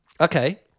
Okay